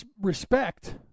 respect